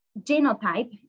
genotype